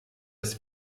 das